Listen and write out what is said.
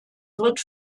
wird